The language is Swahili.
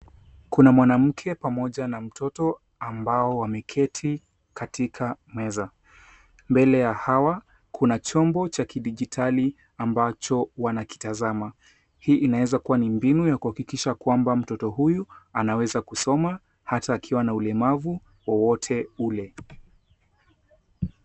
Kuna mwanamke pamoja na mtoto ambao wameketi katika meza. Mbele ya hawa kuna chombo cha kidijitali ambacho wanakitazama. Hii inaeza kuwa ni mbinu ya kuhakikisha kwamba mtoto huyu anaweza kusoma hata akiwa na ulemavu wowote ule.